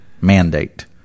mandate